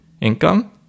income